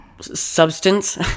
substance